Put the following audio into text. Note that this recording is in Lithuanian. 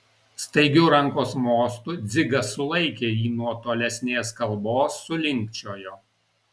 staigiu rankos mostu dzigas sulaikė jį nuo tolesnės kalbos sulinkčiojo